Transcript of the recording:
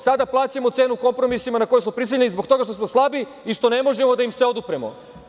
Sada plaćamo cenu kompromisima na koje smo prisiljeni zbog toga što smo slabi i što ne možemo da im se odupremo.